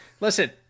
listen